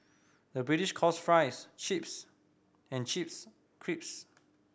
the British calls fries chips and chips crisps